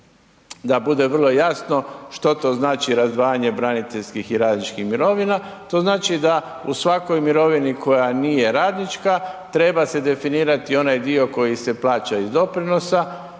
da bude vrlo jasno, što to znači razdvajanje braniteljskih i radničkih mirovina. To znači da u svakoj mirovini koja nije radnička treba se definirati onaj dio koji se plaća iz doprinosa